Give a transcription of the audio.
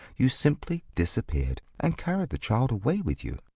you simply disappeared, and carried the child away with you.